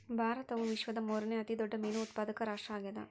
ಭಾರತವು ವಿಶ್ವದ ಮೂರನೇ ಅತಿ ದೊಡ್ಡ ಮೇನು ಉತ್ಪಾದಕ ರಾಷ್ಟ್ರ ಆಗ್ಯದ